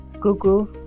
Google